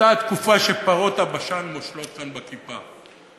אותה תקופה שפרות הבשן מושלות כאן בכיפה.